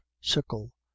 sickle